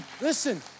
Listen